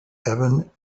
evan